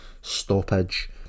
stoppage